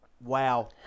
Wow